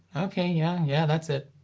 ok, yeah, yeah that's it.